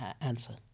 answer